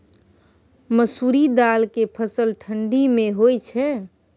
मसुरि दाल के फसल ठंडी मे होय छै?